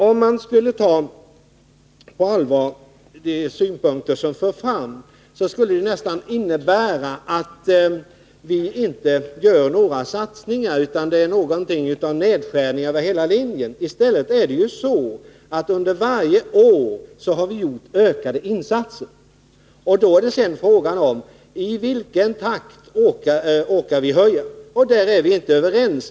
Om man skulle ta på allvar de synpunkter som förs fram, skulle det innebära att vi nästan inte skulle göra några satsningar, utan att det bara är nedskärningar över hela linjen. I stället är det så att vi under varje år har gjort ökade insatser. Sedan är frågan: I vilken takt orkar vi höja insatserna? Där är vi inte överens.